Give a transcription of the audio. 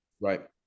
right